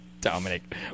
Dominic